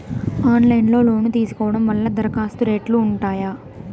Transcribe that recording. Online లో loan తీసుకోవడం వల్ల దరఖాస్తు రేట్లు ఉంటాయా?